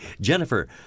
Jennifer